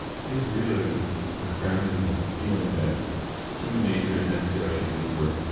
his realism was grounded in his feeling that human nature is necessarily impure.